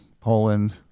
Poland